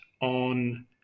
on